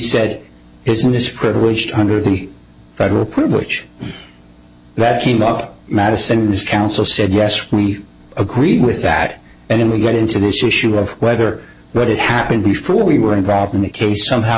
said isn't this privileged hundred thirty federal privilege that came up madison this counsel said yes we agree with that and then we get into this issue of whether but it happened before we were involved in the case somehow